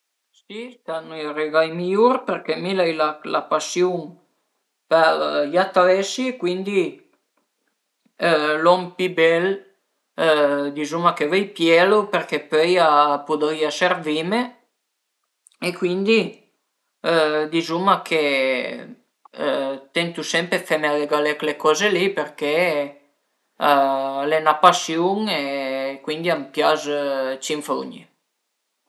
Si sernu i regai mi-iur perché mi l'ai la pasiun për i atresi cuindi lon pi bel dizume che vöi pielu perché pöi a pudrìa servime e cuindi dizuma che tentu sempre dë feme regalé chële coze li perché al e 'na pasiun cuindi a m'pias cinfrugné